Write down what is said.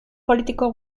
politiko